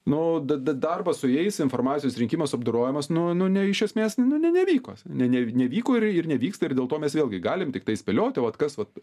nu da da darbas su jais informacijos rinkimas apdorojimas nu ne iš esmės nu ne nevyko ne ne nevyko ir nevyksta ir dėl to mes vėlgi galim tiktai spėlioti vat kas vat